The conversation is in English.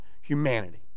humanity